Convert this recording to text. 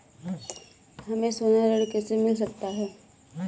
हमें सोना ऋण कैसे मिल सकता है?